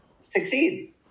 succeed